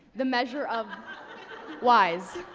the measure of y's.